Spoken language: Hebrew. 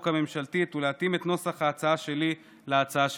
הממשלתית ולהתאים את נוסח ההצעה שלי להצעה שלכם.